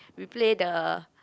we play the